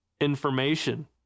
information